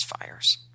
fires